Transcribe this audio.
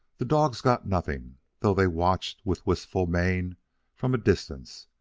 the dogs got nothing, though they watched with wistful mien from a distance,